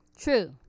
True